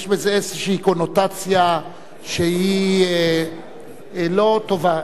יש בזה איזושהי קונוטציה שהיא לא טובה.